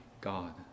God